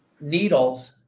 needles